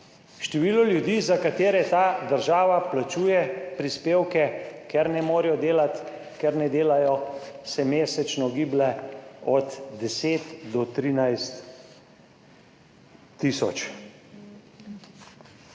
Število ljudi, za katere ta država plačuje prispevke, ker ne morejo delati, ker ne delajo, se mesečno giblje od 10 do 13 tisoč.